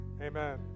amen